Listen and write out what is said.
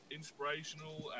inspirational